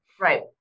Right